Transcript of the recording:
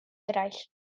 eraill